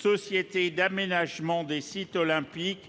sociétés d'aménagement des sites olympiques